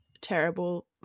terrible